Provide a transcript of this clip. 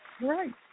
Right